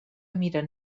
miren